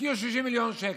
השקיעו 60 מיליון שקל.